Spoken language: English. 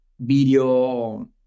video